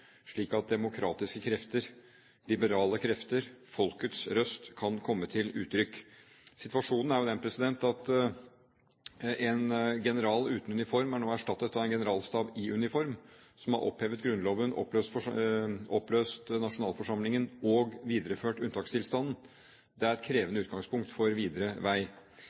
slik at demokratiske krefter, liberale krefter og folkets røst kan komme til uttrykk. Situasjonen er jo den at en general uten uniform er nå erstattet av en generalstab i uniform, som har opphevet grunnloven, som har oppløst nasjonalforsamlingen og som har videreført unntakstilstanden. Det er et krevende utgangspunkt for veien videre.